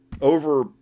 over